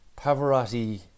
Pavarotti